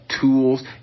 Tools